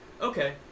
Okay